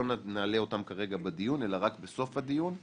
לא נעלה אותם כרגע בדיון אלא רק בסוף הדיון,